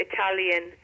Italian